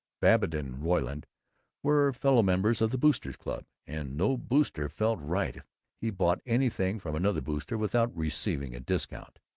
babbitt and ryland were fellow-members of the boosters' club, and no booster felt right if he bought anything from another booster without receiving a discount.